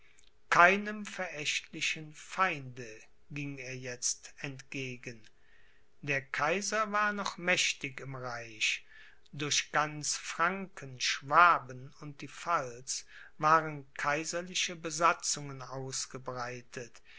keinem verächtlichen feinde ging er jetzt entgegen der kaiser war noch mächtig im reich durch ganz franken schwaben und die pfalz waren kaiserliche besatzungen ausgebreitet